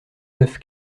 neuf